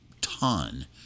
ton